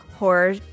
horror